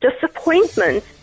disappointment